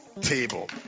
table